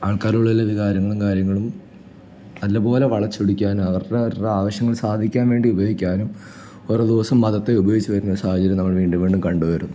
ആൾക്കാരിലുള്ളിലെ വികാരങ്ങളും കാര്യങ്ങളും നല്ലപോലെ വളച്ചൊടിക്കാൻ അവരെ അവരെ ആവശ്യങ്ങൾ സാധിക്കാൻ വേണ്ടി ഉപയോഗിക്കാനും ഓരോദിവസം മതത്തെ ഉപയോഗിച്ചുവരുന്ന സാഹചര്യം നമ്മൾ വീണ്ടും വീണ്ടും കണ്ടുവരുന്നു